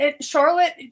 Charlotte